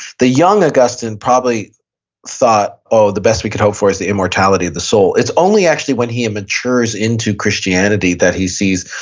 the young augustine probably thought, oh, the best we could hope for is the immortality of the soul. it's only actually when he immatures into christianity that he sees,